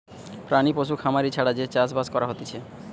প্রাণী পশু খামারি ছাড়া যে চাষ বাস করা হতিছে